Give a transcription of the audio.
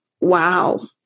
wow